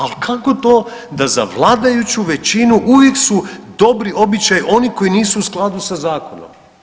Al kako to da za vladajuću većinu uvijek su dobri običaji oni koji nisu u skladu sa zakonom?